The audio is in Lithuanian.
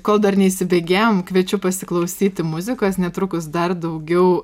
kol dar neįsibėgėjom kviečiu pasiklausyti muzikos netrukus dar daugiau